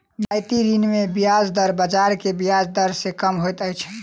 रियायती ऋण मे ब्याज दर बाजार के ब्याज दर सॅ कम होइत अछि